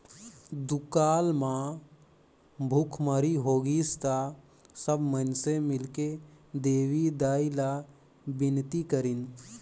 दुकाल म भुखमरी होगिस त सब माइनसे मिलके देवी दाई ला बिनती करिन